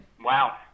wow